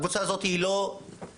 הקבוצה הזאת לא מתוקצבת